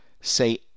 say